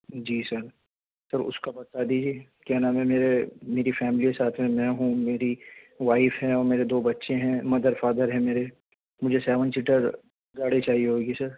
جی sir تو اس کا بتا دیجئے کیا نام ہے میرے میری فیملی ساتھ میں میں ہوں میری وائف ہے اور میرے دو بچے ہیں مدر فادر ہیں میرے مجھے سیون سیٹر گاڑی چاہیے ہوگی سر